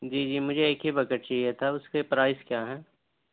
جی جی مجھے ایک ہی بکیٹ چاہیے تھا اس کے پرائس کیا ہیں